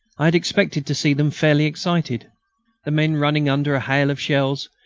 i had expected to see them fairly excited the men running under a hail of shells,